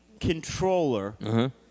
controller